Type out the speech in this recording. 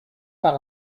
par